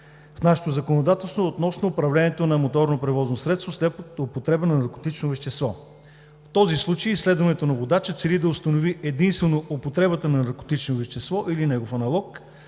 в нашето законодателство относно управлението на моторно превозно средство след употреба на наркотично вещество. В този случай изследването на водача цели да установи единствено употребата на наркотично вещество или негов аналог,